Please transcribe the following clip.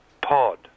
pod